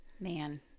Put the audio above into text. Man